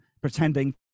pretending